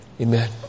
Amen